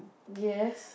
yes